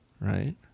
right